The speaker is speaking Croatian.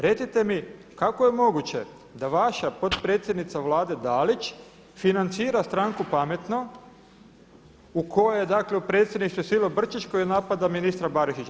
Recite mi kako je moguće da vaša potpredsjednica Vlade Dalić financira stranku PAMETNO u kojoj je dakle predsjedništvu Silobrčić koji napada ministra Barišića.